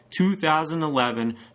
2011